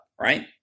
right